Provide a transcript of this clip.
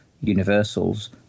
universals